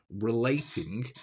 relating